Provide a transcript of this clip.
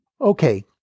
Okay